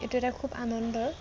এইটো এটা খুব আনন্দৰ